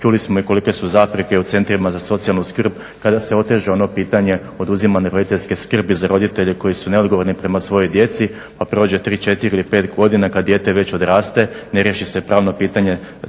čuli smo i kolike su zapreke u centrima za socijalnu skrb kad se oteže ono pitanje oduzimanja roditeljske skrbi za roditelje koji su neodgovorni prema svojoj djeci pa prođe 3, 4 ili 5 godina kad dijete već odraste ne riješi se pravno pitanje